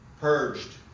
purged